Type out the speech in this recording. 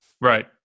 Right